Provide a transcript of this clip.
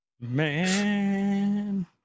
man